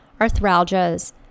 arthralgias